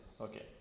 Okay